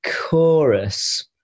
chorus